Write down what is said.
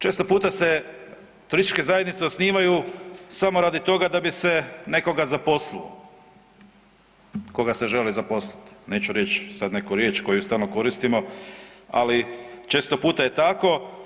Često puta se turističke zajednice osnivaju samo radi toga da bi se nekoga zaposlilo koga se želi zaposliti, neću reć sad neku riječ koju stalno koristimo, ali često puta je tako.